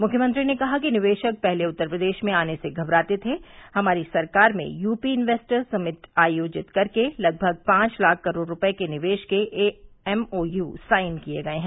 मुख्यमंत्री ने कहा कि निवेशक पहले उत्तर प्रदेश में आने से घबराते थे हमारी सरकार में यूपी इन्वेटर्स समिट आयोजित कर के लगभग पांच लाख करोड़ रूपये के निवेश के एमओयू साईन किये गये हैं